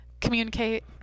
Communicate